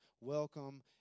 welcome